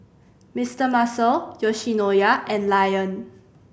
Mister Muscle Yoshinoya and Lion